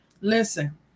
listen